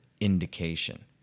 indication